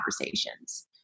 conversations